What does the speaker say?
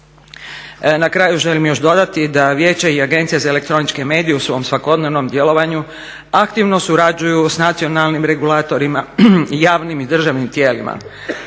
Na kraju želim još dodati za Vijeće i Agencija za elektroničke medije u svom svakodnevnom djelovanju aktivno surađuju sa nacionalnim regulatorima, javnim i državnim tijelima.